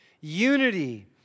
unity